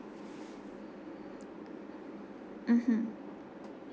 mmhmm